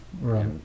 Right